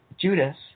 Judas